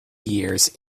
years